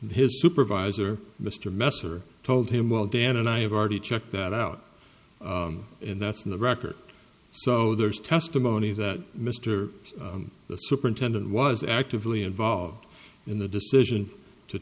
his supervisor mr messer told him well dan and i have already checked that out and that's in the record so there's testimony that mr the superintendent was actively involved in the decision to